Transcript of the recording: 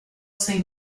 sei